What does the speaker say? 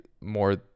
More